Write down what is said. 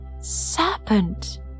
serpent